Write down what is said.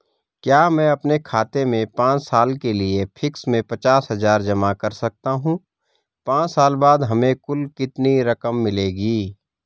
क्या मैं अपने खाते में पांच साल के लिए फिक्स में पचास हज़ार जमा कर सकता हूँ पांच साल बाद हमें कुल कितनी रकम मिलेगी?